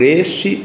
este